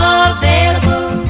available